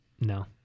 no